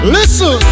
Listen